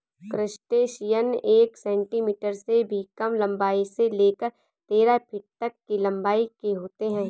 crustacean एक centimetre से भी कम लंबाई से लेकर तेरह फीट तक की लंबाई के होते हैं